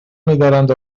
میدارند